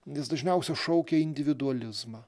jis dažniausia šaukia į individualizmą